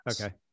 okay